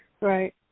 Right